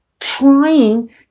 Trying